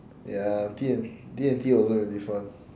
ya D and D and T wasn't really fun